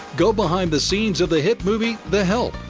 go behind the scenes of the hit movie the help.